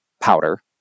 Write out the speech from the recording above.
powder